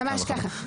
ממש ככה.